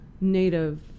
native